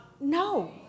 No